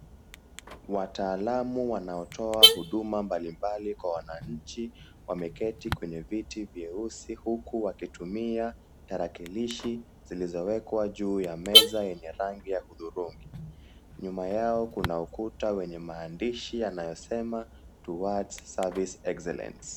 Wataalamu wanaotoa huduma mbalimbali kwa wananchi, wameketi kwenye viti vyeusi huku wakitumia tarakilishi zilizowekwa juu ya meza yenye rangi ya hudhurungi. Nyuma yao kuna ukuta wenye maandishi yanayosema "Towards Service Excellence".